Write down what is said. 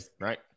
right